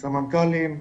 הסמנכ"לים,